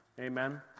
Amen